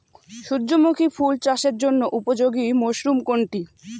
সূর্যমুখী ফুল চাষের জন্য উপযোগী মরসুম কোনটি?